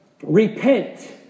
repent